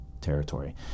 territory